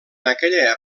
aquella